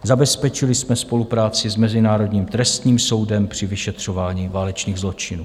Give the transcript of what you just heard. Zabezpečili jsme spolupráci s Mezinárodním trestním soudem při vyšetřování válečných zločinů.